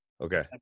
Okay